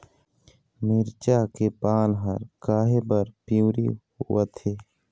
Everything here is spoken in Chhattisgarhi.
मिरचा के पान हर काहे बर पिवरी होवथे?